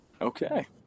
Okay